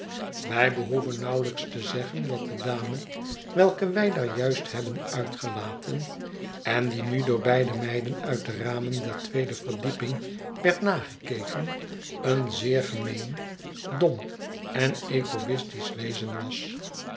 wij behoeven nauwelijks te zeggen dat de dame welke wij daar juist hebben uitgelaten en die nu door de beide meiden uit de ramen der tweede verdieping werd nagekeken een zeer gemeen dom en ego'istisch wezen was